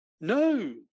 No